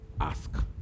ask